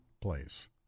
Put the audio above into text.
place